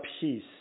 peace